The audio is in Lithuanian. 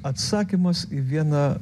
atsakymas į vieną